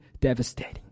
devastating